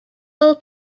full